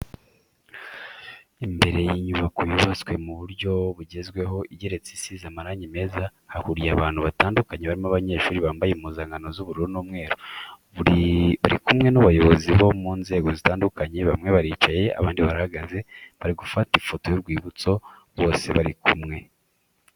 Imbere y'inyubako yubatswe mu buryo bugezweho igeretse isize amarangi meza, hahuriye abantu batandukanye barimo abanyeshuri bambaye impuzankano z'ubururu n'umweru, bari kumwe n'abayobozi bo mu nzego zitandukanye bamwe baricaye abandi barahagaze, bari gufata ifoto y'urwibutso bose bari hamwe.